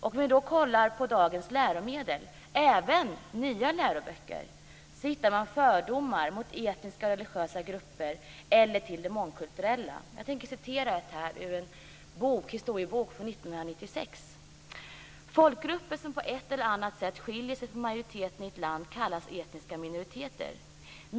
Om vi då tittar på dagens läromedel, även nya läroböcker, hittar vi fördomar mot etniska och religiösa grupper eller mot det mångkulturella. Jag ska läsa ur en historiebok från 1996: Folkgrupper som på ett eller annat sätt skiljer sig från majoriteten i ett land kallas etniska minoriteter.